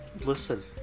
listen